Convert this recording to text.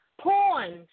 porn